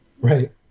right